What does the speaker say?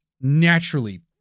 naturally